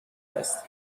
است